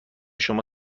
شما